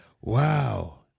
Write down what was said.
Wow